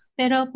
pero